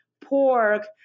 pork